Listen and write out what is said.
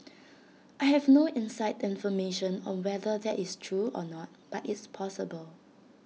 I have no inside information on whether that is true or not but it's possible